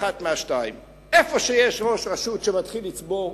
אחת מהשתיים: איפה שיש ראש רשות שמתחיל לצבור,